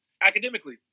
academically